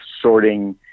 sorting